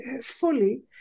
fully